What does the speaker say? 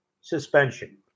suspension